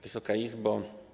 Wysoka Izbo!